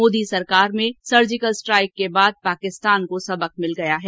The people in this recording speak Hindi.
मोदी सरकार में सर्जिकल स्ट्राईक के बाद पाकिस्तान को सबक मिल गया है